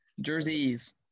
Jerseys